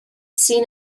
seen